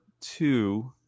two